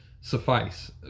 suffice